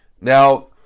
Now